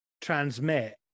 Transmit